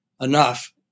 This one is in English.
enough